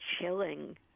chilling